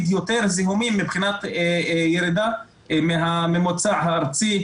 יותר זיהומים מבחינת ירידה מהממוצע הארצי,